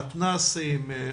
מתנ"סים,